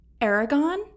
Aragon